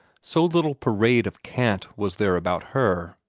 so little parade of cant was there about her.